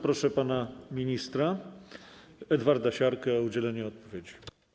Proszę pana ministra Edwarda Siarkę o udzielenie odpowiedzi.